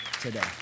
today